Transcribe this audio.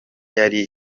yari